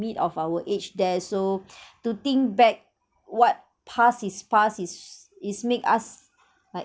the mid of our age there so to think back what past is past is is make us like